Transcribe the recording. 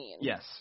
Yes